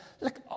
look